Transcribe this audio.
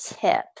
tip